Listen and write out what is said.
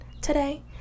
today